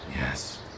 Yes